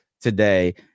today